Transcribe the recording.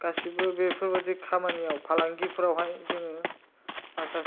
गासिबो बेफोरबादि खामानियाव फालांगिफोरावहाय जोङो माखासे